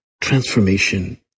transformation